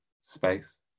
space